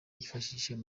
yifashishije